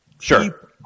sure